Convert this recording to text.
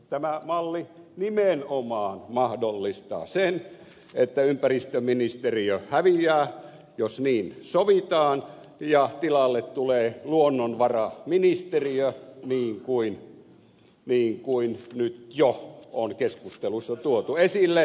tämä malli nimenomaan mahdollistaa sen että ympäristöministeriö häviää jos niin sovitaan ja tilalle tulee luonnonvaraministeriö niin kuin nyt jo on keskusteluissa tuotu esille